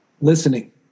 listening